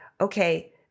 okay